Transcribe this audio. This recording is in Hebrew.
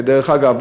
ודרך אגב,